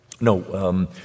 No